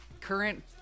Current